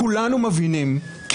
הניהול בכאוס הזה הוא גם היום,